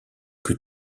que